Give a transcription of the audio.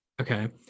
Okay